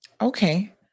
Okay